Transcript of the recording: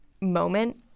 moment